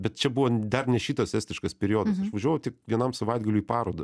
bet čia buvo dar ne šitas estiškas periodas aš važiavau tik vienam savaitgaliui į parodą